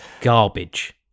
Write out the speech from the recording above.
garbage